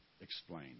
explain